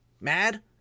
mad